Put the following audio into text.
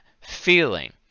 feeling